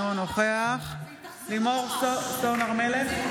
אינו נוכח לימור סון הר מלך,